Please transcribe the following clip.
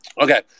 Okay